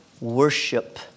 worship